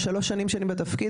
שלוש שנים שלי בתפקיד,